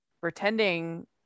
pretending